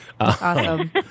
Awesome